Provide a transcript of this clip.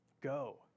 Go